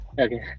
okay